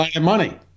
money